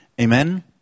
Amen